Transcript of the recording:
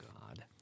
God